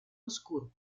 oscuro